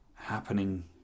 happening